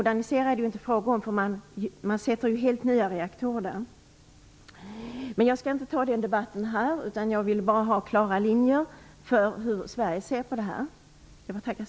Det är inte fråga om att modernisera - man bygger ju helt nya reaktorer där. Jag skall inte ta den debatten här. Jag ville bara ha klara linjer för hur Sverige ser på frågan. Jag tackar så mycket.